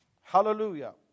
hallelujah